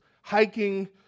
hiking